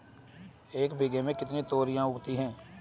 एक बीघा में कितनी तोरियां उगती हैं?